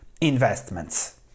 investments